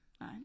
right